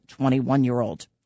21-year-old